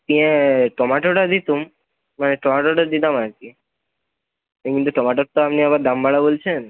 ইয়ে টমেটোটা দিতাম মানে টমেটোটা দিতাম আর কি কিন্তু টমেটোর আপনি আবার দাম বাড়া বলছেন